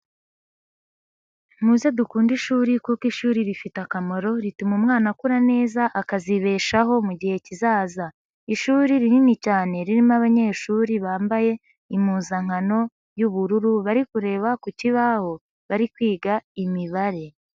Muze dukunde ishuri kuko ishuri rifite akamaro rituma umwana akura neza akazibeshaho mu gihe kizaza. Ishuri rinini cyane ririmo abanyeshuri bambaye impuzankano y'ubururu bari kureba ku kibaho bari kwiga imibare.